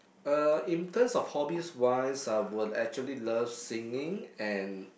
uh in terms of hobbies wise I would actually love singing and